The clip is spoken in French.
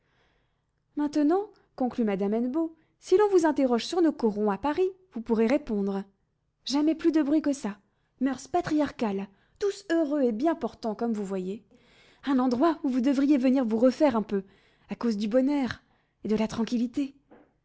maintenant conclut madame hennebeau si l'on vous interroge sur nos corons à paris vous pourrez répondre jamais plus de bruit que ça moeurs patriarcales tous heureux et bien portants comme vous voyez un endroit où vous devriez venir vous refaire un peu à cause du bon air et de la tranquillité